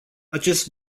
acest